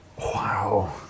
wow